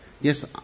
Yes